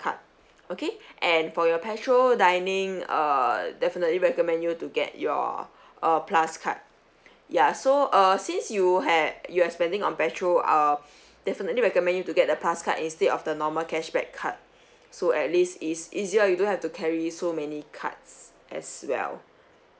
card okay and for your petrol dining err definitely recommend you to get your uh plus card ya so err since you ha~ you are spending on petrol uh definitely recommend you to get the plus card instead of the normal cashback card so at least is easier you don't have to carry so many cards as well